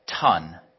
ton